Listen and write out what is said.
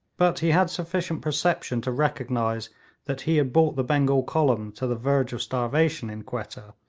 but he had sufficient perception to recognise that he had brought the bengal column to the verge of starvation in quetta,